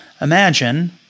Imagine